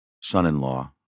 son-in-law